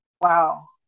wow